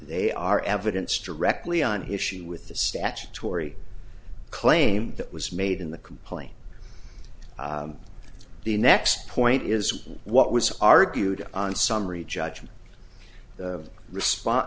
they are evidence directly on his shoe with the statutory claim that was made in the complaint the next point is what was argued on summary judgment response